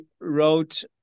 wrote